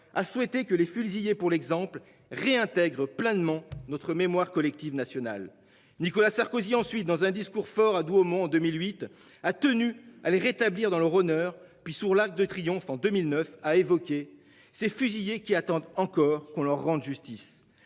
a souhaité que les fusillés pour l'exemple, réintègrent pleinement notre mémoire collective nationale. Nicolas Sarkozy ensuite dans un discours fort à Douaumont en 2008 a tenu à les rétablir dans leur honneur, puis sur l'Arc de Triomphe en 2009 a évoqué ces fusillés qui attendent encore qu'on leur rende justice